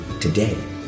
today